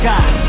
God